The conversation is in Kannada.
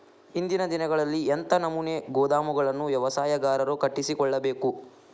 ಇಂದಿನ ದಿನಗಳಲ್ಲಿ ಎಂಥ ನಮೂನೆ ಗೋದಾಮುಗಳನ್ನು ವ್ಯವಸಾಯಗಾರರು ಕಟ್ಟಿಸಿಕೊಳ್ಳಬೇಕು?